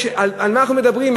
על מה אנחנו מדברים?